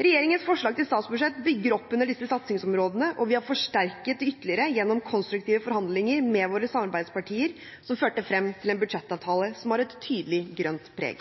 Regjeringens forslag til statsbudsjett bygger opp under disse satsingsområdene, og vi har forsterket det ytterligere gjennom konstruktive forhandlinger med våre samarbeidspartier som førte frem til en budsjettavtale som har et tydelig grønt preg.